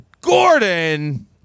Gordon